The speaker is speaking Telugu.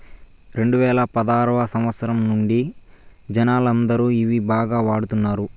రెండువేల పదారవ సంవచ్చరం నుండి జనాలందరూ ఇవి బాగా వాడుతున్నారు